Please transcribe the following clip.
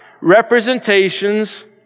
representations